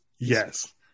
Yes